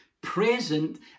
present